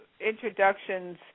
introductions